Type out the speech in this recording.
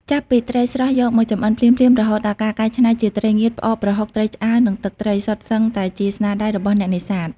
ចាប់ពីត្រីស្រស់យកមកចម្អិនភ្លាមៗ រហូតដល់ការកែច្នៃជាត្រីងៀត ផ្អក ប្រហុក ត្រីឆ្អើរ និងទឹកត្រី សុទ្ធសឹងតែជាស្នាដៃរបស់អ្នកនេសាទ។